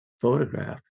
photograph